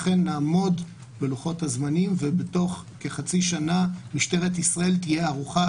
אכן נעמוד בלוחות הזמנים ותוך כחצי שנה משטרת ישראל תהיה ערוכה